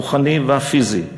הרוחני והפיזי,